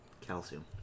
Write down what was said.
Calcium